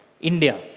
India